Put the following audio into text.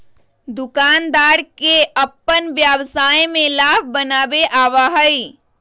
दुकानदार के अपन व्यवसाय में लाभ बनावे आवा हई